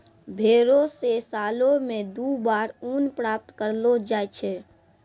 भेड़ो से सालो मे दु बार ऊन प्राप्त करलो जाय छै